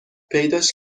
پیداش